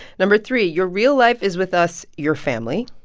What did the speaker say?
number three, your real life is with us, your family.